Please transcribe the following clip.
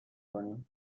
کنیم